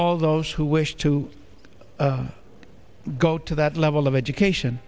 all those who wish to of go to that level of education